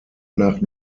nach